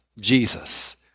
Jesus